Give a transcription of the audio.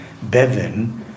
Bevin